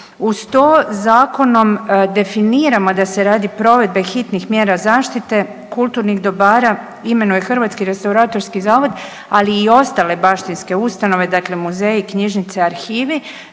Uz to, zakonom definiramo da se radi provedbe hitnih mjera zaštite kulturnih dobara imenuje Hrvatski restauratorski zavod, ali i ostale baštinske ustanove, dakle muzeji, knjižnice, arhivi.